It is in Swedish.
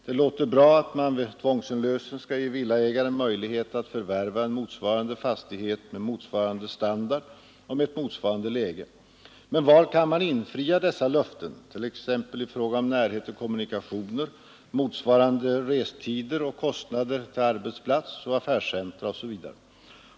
Det låter bra att man vid tvångsinlösen skall ge villaägaren möjlighet att förvärva en motsvarande fastighet med motsvarande standard och med ett motsvarande läge. Men var kan man infria dessa löften, t.ex. i fråga om närhet till kommunikationer, motsvarande restider och resekostnader till arbetsplats och affärscentra m.m.?